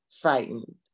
frightened